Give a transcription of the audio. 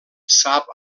sap